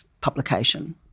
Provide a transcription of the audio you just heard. publication